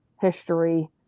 history